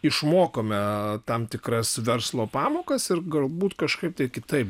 išmokome tam tikras verslo pamokas ir galbūt kažkaip kitaip